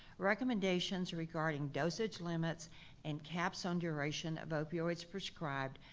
recommendations regarding dosage limits and caps on duration of opioids prescribed,